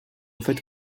fait